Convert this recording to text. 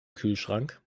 kühlschrank